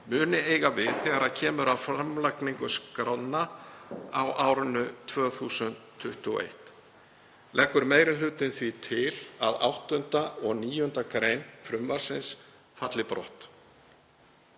muni eiga við þegar kemur að framlagningu skránna á árinu 2021. Leggur meiri hlutinn því til að 8. og 9. gr. frumvarpsins falli brott.